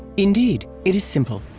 indeed, it is simple.